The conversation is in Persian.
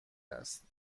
است